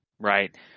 Right